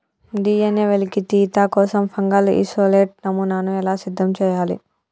DNA వెలికితీత కోసం fungal isolate నమూనాను ఎలా సిద్ధం చెయ్యాలి?